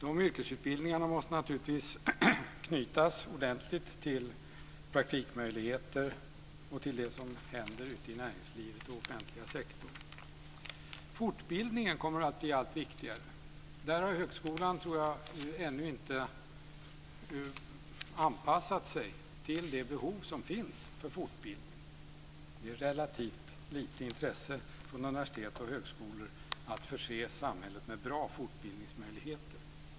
De yrkesutbildningarna måste knytas ordentligt till praktikmöjligheter, till det som händer ute i näringslivet och den offentliga sektorn. Fortbildningen kommer att bli allt viktigare. Där har högskolan ännu inte anpassat sig till det behov som finns av fortbildning. Det är relativt litet intresse från universitet och högskolor att förse samhället med bra fortbildningsmöjligheter.